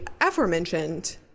aforementioned